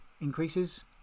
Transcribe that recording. increases